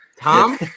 Tom